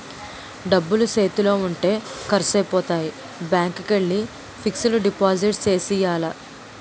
డబ్బులు సేతిలో ఉంటే ఖర్సైపోతాయి బ్యాంకికెల్లి ఫిక్సడు డిపాజిట్ సేసియ్యాల